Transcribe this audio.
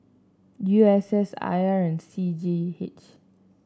U S S I R and C G E H